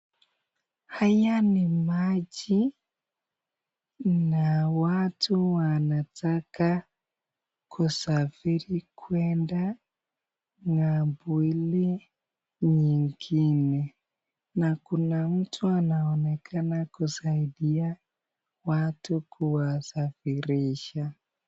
Haya ni maji na watu wanataka kusafiri kwenda ng'ambo ile nyingine na kuna mtu anaonekana kusaidia watu kuwasafirisha.